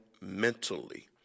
mentally